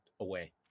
away